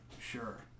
Sure